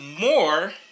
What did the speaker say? more